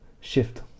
shift